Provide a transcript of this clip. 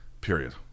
Period